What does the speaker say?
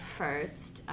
first